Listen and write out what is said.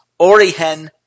Orihen